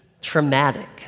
traumatic